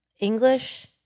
English